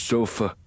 Sofa